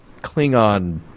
Klingon